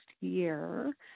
year